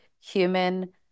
human